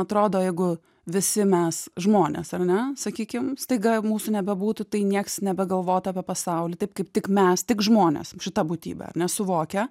atrodo jeigu visi mes žmonės ar ne sakykim staiga mūsų nebebūtų tai nieks nebegalvotų apie pasaulį taip kaip tik mes tik žmonės šita būtybė ar ne suvokia